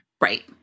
right